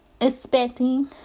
expecting